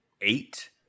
eight